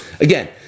Again